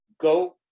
Go